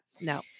No